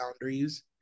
boundaries